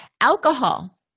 Alcohol